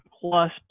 plus